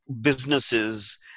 businesses